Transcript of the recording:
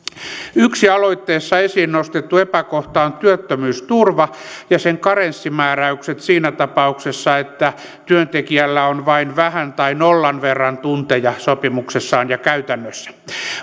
yksi aloitteessa esiin nostettu epäkohta on työttömyysturva ja sen karenssimääräykset siinä tapauksessa että työntekijällä on vain vähän tai nollan verran tunteja sopimuksessaan ja käytännössä